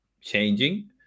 changing